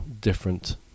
different